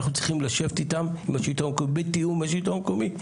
אנחנו צריכים לשבת ולתאם עם השלטון המקומי.